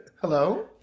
hello